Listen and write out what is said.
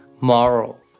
moral